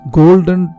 golden